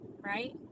Right